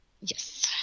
Yes